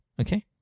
okay